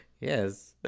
Yes